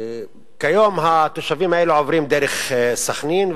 כיום התושבים האלה עוברים דרך סח'נין,